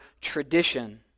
tradition